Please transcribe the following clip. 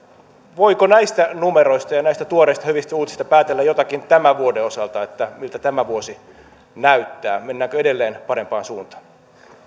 voiko näistä numeroista ja näistä tuoreista hyvistä uutisista päätellä jotakin tämän vuoden osalta miltä tämä vuosi näyttää mennäänkö edelleen parempaan suuntaan